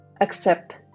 accept